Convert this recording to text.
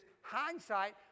hindsight